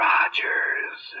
Rogers